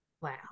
wow